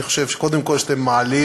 אני חושב קודם כול שאתם מעלים